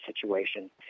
situation